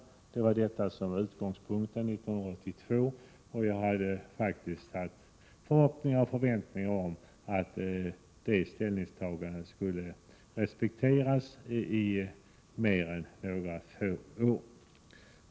Detta var utgångs Folkbokföring punkten 1982, och jag hade haft förhoppningar och förväntningar om att det ställningstagandet skulle respekteras i mer än några få år.